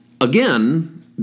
again